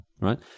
Right